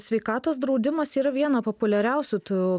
sveikatos draudimas yra viena populiariausių tų